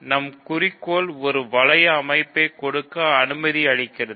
நம் குறிக்கோள் ஒரு வளைய அமைப்பைக் கொடுக்க அனுமதி அளிக்கிறது